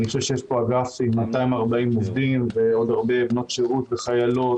אני חושב שיש פה אגף עם 240 עובדים ועוד הרבה בנות שירות וחיילות,